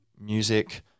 music